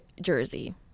Jersey